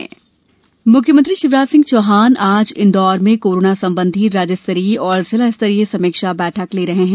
मुख्यमंत्री मुख्यमंत्री शिवराज सिंह चौहान आज इन्दौर में कोरोना संबंधी राज्य स्तरीय और जिला स्तरीय समीक्षा बैठक ले रहे हैं